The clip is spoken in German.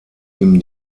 ihm